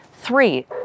three